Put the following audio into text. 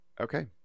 Okay